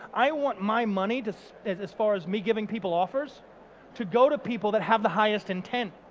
i want my money just as as far as me giving people offers to go to people that have the highest intent.